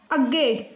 ਅੱਗੇ